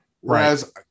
Whereas